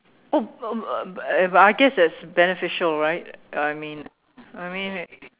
oh b~ b~ but I guess it's beneficial right I mean I mean